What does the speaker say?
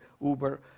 Uber